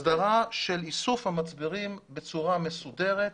הסדרה של איסוף המצברים בצורה מסודרת,